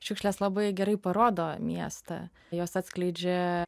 šiukšlės labai gerai parodo miestą jos atskleidžia